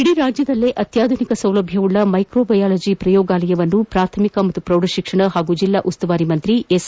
ಇಡೀ ರಾಜ್ಯದಲ್ಲಿಯೇ ಅತ್ಯಾಧುನಿಕ ಸೌಲಭ್ಧವುಳ್ಳ ಮೈಕ್ರೊ ಬಯಾಲಜಿ ಪ್ರಯೋಗಾಲಯವನ್ನು ಪ್ರಾಥಮಿಕ ಮತ್ತು ಪ್ರೌಢ ಶಿಕ್ಷಣ ಹಾಗೂ ಜಿಲ್ಲಾ ಉಸ್ತುವಾರಿ ಸಚಿವ ಎಸ್